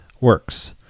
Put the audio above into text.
works